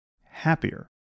happier